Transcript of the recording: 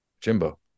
Jimbo